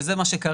וזה מה שקרה,